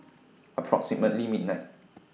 approximately midnight